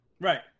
Right